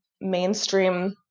mainstream